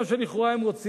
כל מה שלכאורה הם רוצים,